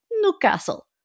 Newcastle